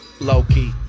low-key